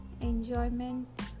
Enjoyment